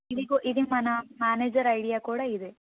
ఇది కూ ఇది మనా మేనేజర్ ఐడియా కూడా ఇదే